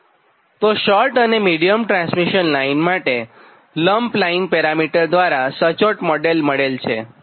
તો શોર્ટ અને medium transmission line માટે લમ્પ લાઇન પેરામિટર દ્વારા સચોટ મોડેલ મળેલ હતાં